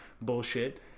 bullshit